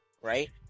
right